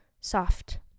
soft